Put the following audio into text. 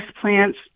plants